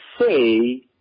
say